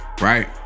Right